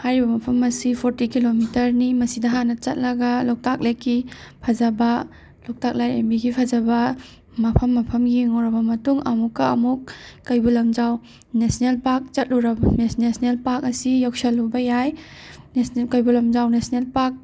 ꯍꯥꯏꯔꯤꯕ ꯃꯐꯝ ꯑꯁꯤ ꯐꯧꯔꯇꯤ ꯀꯤꯂꯣꯃꯤꯇꯔꯅꯤ ꯃꯁꯤꯗ ꯍꯥꯟꯅ ꯆꯠꯂꯒ ꯂꯣꯛꯇꯥꯛ ꯂꯦꯛꯀꯤ ꯐꯖꯕ ꯂꯣꯛꯇꯥꯛ ꯂꯥꯏꯔꯦꯝꯕꯤꯒꯤ ꯐꯖꯕ ꯃꯐꯝ ꯃꯐꯝ ꯌꯦꯡꯉꯨꯔꯕ ꯃꯇꯨꯡ ꯑꯃꯨꯛꯀ ꯑꯃꯨꯛ ꯀꯩꯕꯨꯜ ꯂꯝꯖꯥꯎ ꯅꯦꯁꯅꯦꯜ ꯄꯥꯛ ꯆꯠꯂꯨꯔꯕ ꯅꯦꯁꯅꯦꯜ ꯄꯥꯛ ꯑꯁꯤ ꯌꯧꯁꯜꯂꯨꯕ ꯌꯥꯏ ꯀꯩꯕꯨꯜ ꯂꯝꯖꯥꯎ ꯅꯦꯁꯅꯦꯜ ꯄꯥꯛ